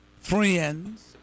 friends